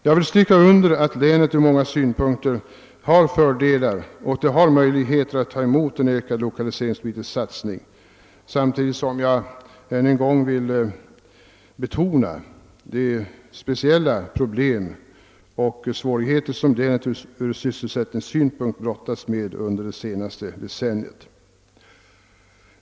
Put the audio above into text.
Jag anser det angeläget framhålla att länet ur många synpunkter har fördelar och att det kan ta emot en ökad lokaliseringspolitisk satsning. Samtidigt vill jag än en gång betona de speciella problem och svårigheter som länet ur sysselsättningssynpunkt brottats med under det senaste decenniet.